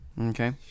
Okay